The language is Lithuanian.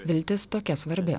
viltis tokia svarbi